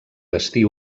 destí